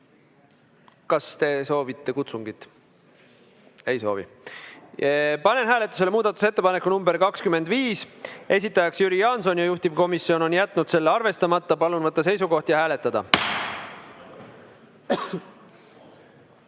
Kas te soovite kutsungit? Ei soovi. Panen hääletusele muudatusettepaneku nr 25, esitajaks Jüri Jaanson ja juhtivkomisjon on jätnud selle arvestamata. Palun võtta seisukoht ja hääletada!